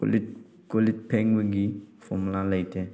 ꯀꯣꯜꯂꯤꯛ ꯀꯣꯜꯂꯤꯛ ꯐꯦꯡꯕꯒꯤ ꯐꯣꯔꯃꯨꯂꯥ ꯂꯩꯇꯦ